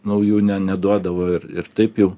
naujų ne neduodavo ir ir taip jau